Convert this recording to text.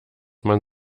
man